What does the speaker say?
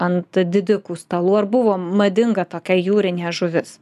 ant didikų stalų ar buvo madinga tokia jūrinė žuvis